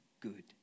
good